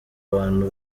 bantu